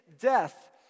death